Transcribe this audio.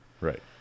Right